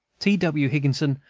t. w. higginson,